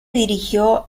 dirigió